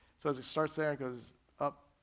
so as it starts there and goes up,